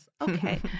Okay